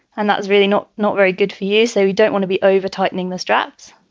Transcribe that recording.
and that's really not not very good for you. so we don't want to be over tightening the straps.